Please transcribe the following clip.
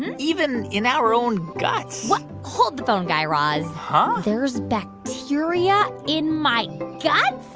and even in our own guts what? hold the phone, guy raz huh? there's bacteria in my guts?